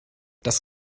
das